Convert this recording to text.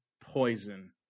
poison